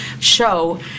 show